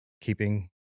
keeping